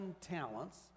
talents